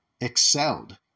excelled